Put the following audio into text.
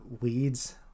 weeds